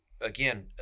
again